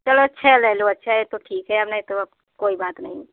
चलो छः ले लो अब छः तो ठीक है अब नहीं तो अब कोई बात नहीं